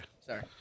Sorry